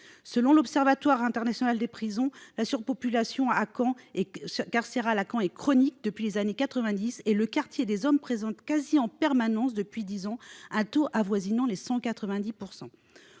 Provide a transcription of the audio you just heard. Selon l'Observatoire international des prisons, la surpopulation carcérale à Caen est chronique depuis les années 1990, et le quartier des hommes présente, quasiment en permanence depuis dix ans, un taux d'occupation